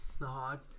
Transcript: No